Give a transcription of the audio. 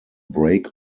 break